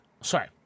sorry